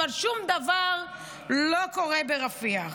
אבל שום דבר לא קורה ברפיח.